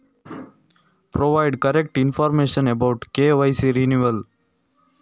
KYC ನವೀಕರಣದ ಬಗ್ಗೆ ಸರಿಯಾದ ಮಾಹಿತಿ ತಿಳಿಸಿ?